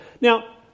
Now